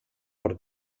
por